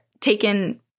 taken